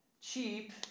cheap